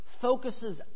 focuses